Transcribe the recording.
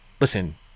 listen